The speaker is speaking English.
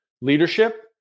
Leadership